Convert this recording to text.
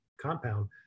compound